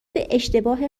اشتباه